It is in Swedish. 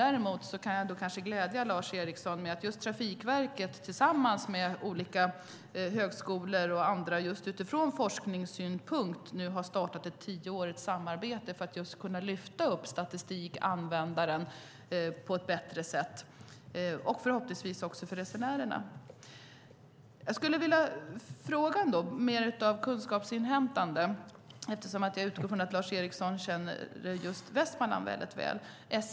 Däremot kan jag kanske glädja Lars Eriksson med att Trafikverket tillsammans med olika högskolor och andra nu har startat ett tioårigt forskningssamarbete för att kunna "lyfta upp" statistikanvändaren på ett bättre sätt, förhoppningsvis också resenärerna. För att inhämta kunskap vill jag ställa ett par frågor till Lars Eriksson, eftersom jag utgår från att han känner Västmanland väldigt väl.